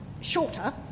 shorter